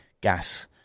gas